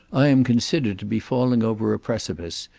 i am considered to be falling over a precipice,